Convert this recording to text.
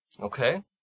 Okay